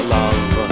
love